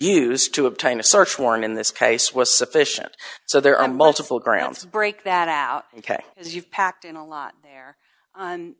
used to obtain a search warrant in this case was sufficient so there are multiple grounds to break that out ok as you've packed in a lot there